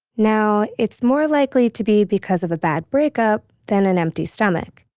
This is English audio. now, it's more likely to be because of a bad break-up than an empty stomach,